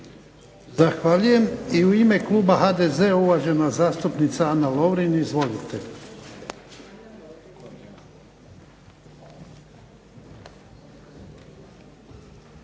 Zahvaljujem. I u ime kluba HDZ uvažena zastupnica Ana Lovrin. Izvolite.